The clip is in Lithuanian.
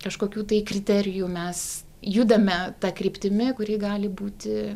kažkokių tai kriterijų mes judame ta kryptimi kuri gali būti